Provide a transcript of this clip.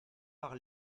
par